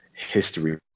History